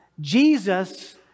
Jesus